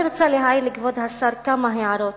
אני רוצה להעיר לכבוד השר כמה הערות,